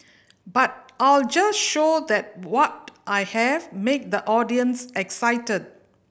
but I'll just show that what I have make the audience excited